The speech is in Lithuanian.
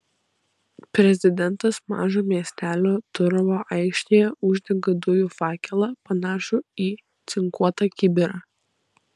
prezidentas mažo miestelio turovo aikštėje uždega dujų fakelą panašų į cinkuotą kibirą